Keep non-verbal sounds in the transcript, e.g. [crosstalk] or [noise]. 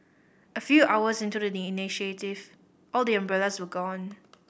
a few hours into the [unintelligible] initiative all the umbrellas were gone